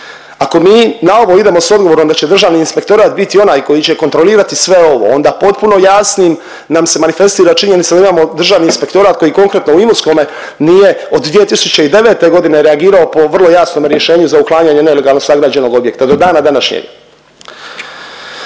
Ako mi na ovo idemo s odgovorom da će Državni inspektorat biti onaj koji će kontrolirati sve ovo, onda potpuno jasnim nam se manifestira činjenica da imamo Državni inspektorat koji konkretno u Imotskome nije od 2009. godine reagirao po vrlo jasnom rješenju za uklanjanje nelegalno sagrađenog objekta, do dana današnjeg.